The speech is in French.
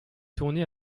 tournée